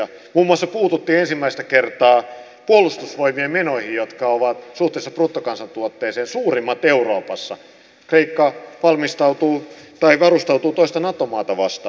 muun muassa puututtiin ensimmäistä kertaa puolustusvoimien menoihin jotka ovat suhteessa bruttokansantuotteeseen suurimmat euroopassa kreikka varustautuu toista nato maata vastaan